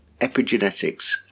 epigenetics